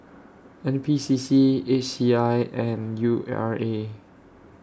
N P C C H C I and U R A